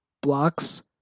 blocks